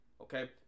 Okay